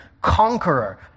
conqueror